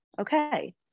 okay